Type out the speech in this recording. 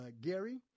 Gary